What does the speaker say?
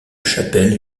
chapelle